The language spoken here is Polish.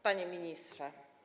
Panie Ministrze!